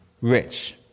rich